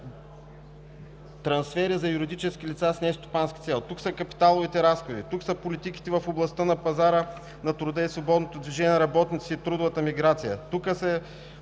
трансфери за юридически лица с нестопанска цел, тук са капиталовите разходи, тук са политиките в областта на пазара на труда и свободното движение на работници и трудовата миграция,